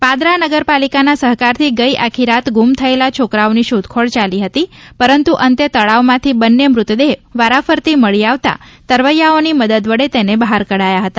પાદરા નગરપાલિકાના સહકારથી ગઇ આખીરાત ગુમ થયેલા છોકરાઓની શોધખોળ ચાલી હતી પરંતુ અંતે તળાવમાંથી બંને મૂતદેહ વારાફરતી મળી આવતા તરવૈયાઓની મદદ વડે તેને બહાર કઢાયા હતા